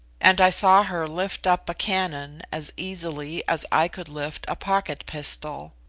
and i saw her lift up a cannon as easily as i could lift a pocket-pistol.